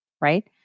right